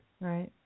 Right